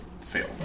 fail